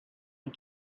had